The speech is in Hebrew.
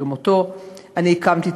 שגם אותו אני הקמתי,